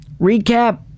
recap